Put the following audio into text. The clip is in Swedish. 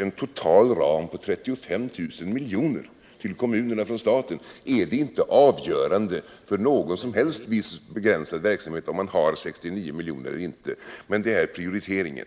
en total ram på 35 000 miljoner till kommunerna från staten är det inte avgörande för någon som helst viss begränsad verksamhet om man har 69 miljoner eller inte, men det är prioriteringen.